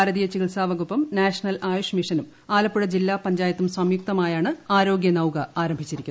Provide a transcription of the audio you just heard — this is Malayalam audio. ഭാരതീയ ചികിത്സാ വകുപ്പും നാഷണൽ ആയുഷ്മിഷനും ആലപ്പുഴ ജില്ലാ പഞ്ചായത്തും സംയുക്തമായാണ് ആരോഗ്യനൌക ആരംഭിച്ചിരിക്കുന്നത്